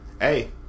hey